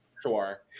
Sure